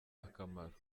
akamaro